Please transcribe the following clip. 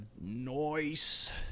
noise